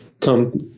come